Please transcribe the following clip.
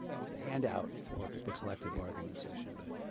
of the handout for the collective bargaining session. but,